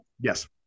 yes